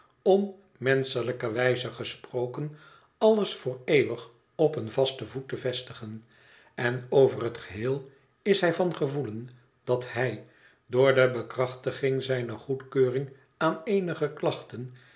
om menschelijkerwijze gesproken alles voor eeuwig opeen vasten voet te vestigen en over het geheel is hij van gevoelen dat hij door de bekrachtiging zijner goedkeuring aan eenige klachten